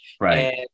Right